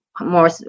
more